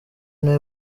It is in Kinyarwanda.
niwe